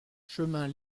chemin